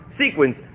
sequence